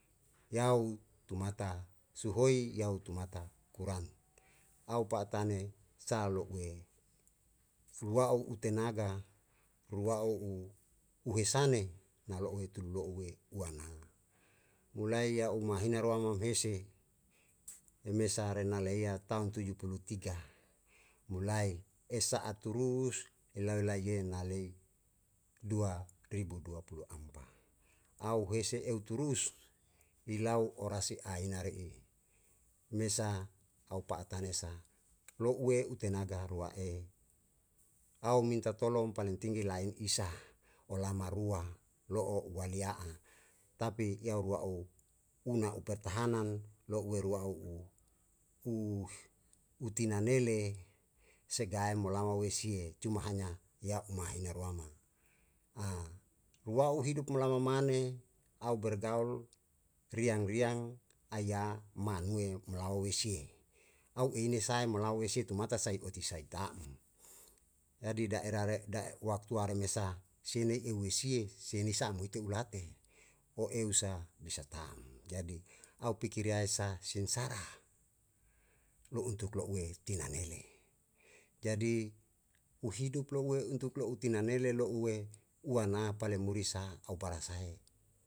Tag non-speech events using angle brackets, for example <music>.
Yau tumata suhoi yau tumata kuran au pa'atane sa lo'ue luwa'u u tenaga luwa'u u uhesane nalo'ue tulo lo'ue uana, mulai ya'u mahina roa ma u hese e mesa rena leia tahun tuju puluh tiga mulai esa'a turus elau lae ye na lei dua ribu dua puluh ampa au hese eu turus ilau orasi ahina le'e mesa au pa'a tane sa lo'ue utenaga rua ei au minta tolong paling tinggi lain isa olama rua lo'o uae liya'a tapi yau rua'o una u pertahanan lo'ue rua'u u utina nele segae molama wesie cuma hanya ya'u mahina ruama <hesitation> rua'u hidup mlama mane au bergaul riang riang aya manue mlaw wesie au eyine sa melau wesie tumata sai oti saitam jadi daerah <unintelligible> waktu a re mesa sine eu wesie sie ni sam mo ite ulate o eu sa bisa tan jadi au pikir ya esa sengsara lo untuk lo'ue tinanele jadi uhidup lo'ue untuk lo'u tinanele lo'ue uana pale muri sa au pala sahe.